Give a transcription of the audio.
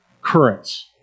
currents